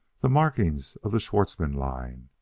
the markings of the schwartzmann line